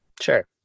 sure